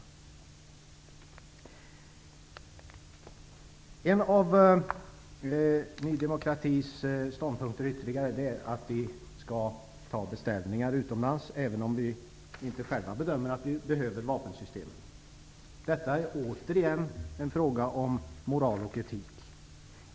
Ytterligare en av Ny demokratis ståndpunkter är att vi skall ta beställningar från utlandet, även om vi gör bedömningen att vi inte själva behöver vapensystemet. Det är återigen en fråga om moral och etik.